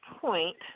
point